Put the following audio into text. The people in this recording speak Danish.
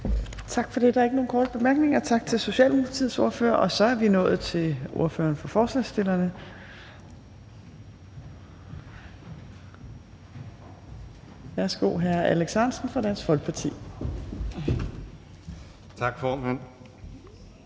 Tak for det. Der er ikke nogen korte bemærkninger. Tak til Socialdemokratiets ordfører. Og så er vi nået til ordføreren for forslagsstillerne. Værsgo, hr. Alex Ahrendtsen fra Dansk Folkeparti. Kl.